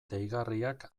deigarriak